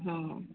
ହଁ